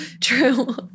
true